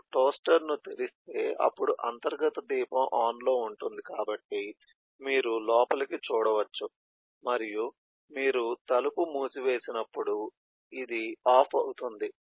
మీరు టోస్టర్ ను తెరిస్తే అప్పుడు అంతర్గత దీపం ఆన్లో ఉంటుంది కాబట్టి మీరు లోపలికి చూడవచ్చు మరియు మీరు తలుపు మూసివేసినప్పుడు ఇది ఆఫ్ అవుతుంది